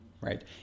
right